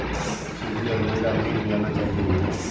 सूजी आर मैदा नई मिलाना चाहिए बेटा